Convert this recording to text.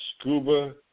scuba